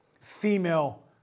female